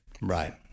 Right